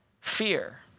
fear